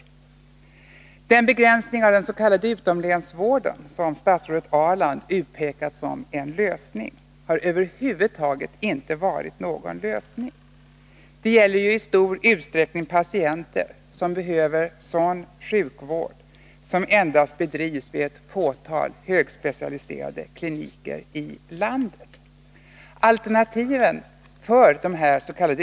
Den begränsning av den s.k. utomlänsvården som statsrådet Ahrland utpekat som en lösning har över huvud taget inte varit någon lösning. Det gäller ju i stor utsträckning patienter som behöver sådan sjukvård som endast 135 bedrivs vid ett fåtal högspecialiserade kliniker i landet. Alternativen för de härs.k.